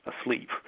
asleep